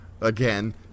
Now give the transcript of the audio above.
again